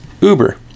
Uber